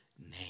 name